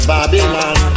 Babylon